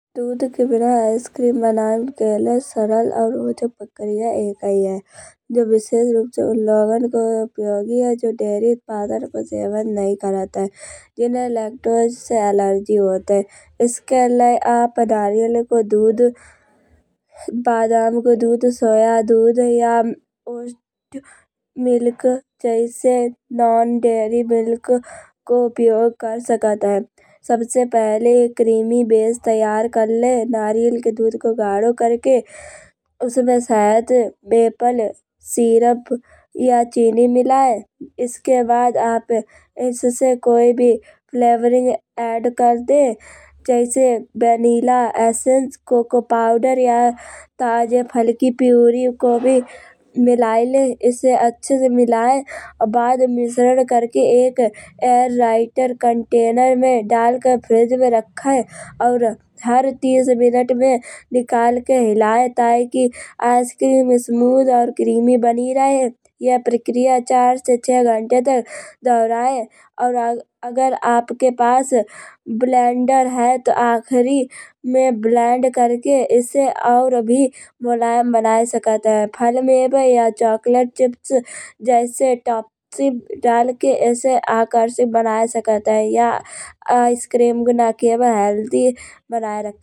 दूध के बिना आइस क्रीम बनान के लये सरल और उच्च प्रक्रिया एकाही है। जो विशेष रूप से उन लोगन को उपयोगी है। जो डेयरी उत्पादन को सेवन नाही करत है। जिन्हे लक्टोज से एलर्जी होत है। इसके लये आप नारियल को दूध, बदाम को दूध, सोया दूध या पोष्टिक मिल्क जैसे नॉन डेयरी मिल्क को उपयोग कर सकत है। सबसे पहले एक क्रीमी बेस तैयार कर ले। नारियल को दूध को घाढ़ो करिके। उसमें सहद वेपन सिरप या चीनी मिलाये। इसके बाद आप इसे कोई भी फ्लेवरिंग ऐड कर दे। जैसे वनीला अस्सेन्स कोको पाउडर या ताजे फल की पुरी को मिलाये ले। इसे अच्छे से मिलाये और बाद में मिश्रण करके एक एयर टाइटर कंटेनर में डाल कर फ्रिज में रखाये। और हर तीस मिनट में निकाल के हिलाये। ताई आइस क्रीम स्मूथ और क्रीमी बनी रहे। यह प्रक्रिया चार से छः घंटे तक दोहराये। और अगर आपके पास ब्लेंडर है तौ आखिरी में ब्लेंड कर के और भी मुलायम बनाए सकत है। फल मेवे या चोकलेट चिप्स जैसे टॉपसिंग डालके इसे आकर्षित बनाए सकत है। या आइस क्रीम बना के माई हेल्दी बनाए रखत है।